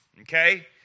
okay